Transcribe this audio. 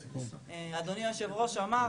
אדוני יושב הראש אמר,